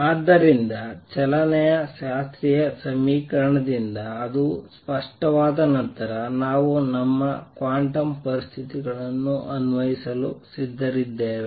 ಆದ್ದರಿಂದ ಚಲನೆಯ ಶಾಸ್ತ್ರೀಯ ಸಮೀಕರಣದಿಂದ ಅದು ಸ್ಪಷ್ಟವಾದ ನಂತರ ನಾವು ನಮ್ಮ ಕ್ವಾಂಟಮ್ ಪರಿಸ್ಥಿತಿಗಳನ್ನು ಅನ್ವಯಿಸಲು ಸಿದ್ಧರಿದ್ದೇವೆ